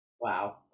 Wow